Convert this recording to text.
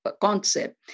concept